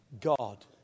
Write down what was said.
God